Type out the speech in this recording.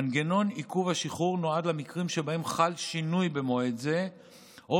מנגנון עיכוב השחרור נועד למקרים שבהם חל שינוי במועד זה או